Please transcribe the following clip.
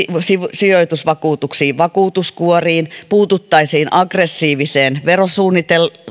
sijoitusvakuutuksiin vakuutuskuoriin puututtaisiin aggressiiviseen verosuunnitteluun